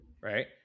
right